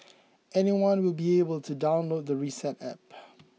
anyone will be able to download the Reset App